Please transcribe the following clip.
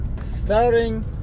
starting